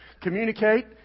communicate